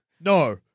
No